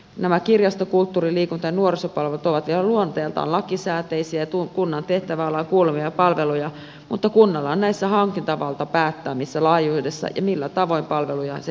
nämä kirjasto kulttuuri liikunta ja nuorisopalvelut ovat vielä luonteeltaan lakisääteisiä ja kunnan tehtäväalaan kuuluvia palveluja mutta kunnalla on näissä harkintavalta päättää missä laajuudessa ja millä tavoin palveluja se järjestää